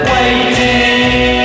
Waiting